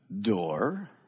door